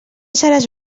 seràs